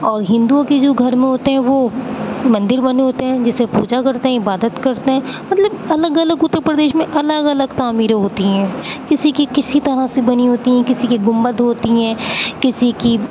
اور ہندوؤں کے جو گھر میں ہوتے ہیں وہ مندر بنے ہوتے ہیں جس سے پوجا کرتے ہیں عبادت کرتے ہیں مطلب الگ الگ اتر پردیش میں الگ الگ تعمیریں ہوتی ہیں کسی کی کسی طرح سے بنی ہوتی ہیں کسی کی گنبد ہوتی ہیں کسی کی